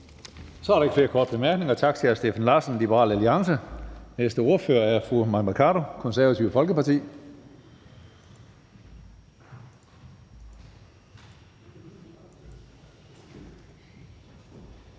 Så er der ikke flere korte bemærkninger. Tak til hr. Steffen Larsen, Liberal Alliance. Næste ordfører fru Mai Mercado, Det Konservative Folkeparti.